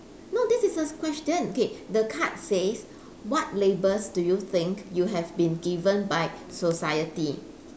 no this is the question okay the card says what labels do you think you have been given by society